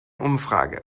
umfrage